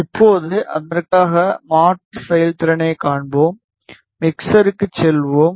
இப்போது அதற்கான மாற்று செயல்திறனைக் காண்போம் மிக்சருக்குச் செல்வோம்